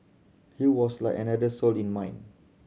he was like another soul in mine